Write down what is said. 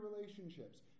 relationships